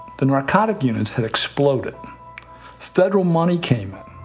the narcotic units had exploded federal money came in.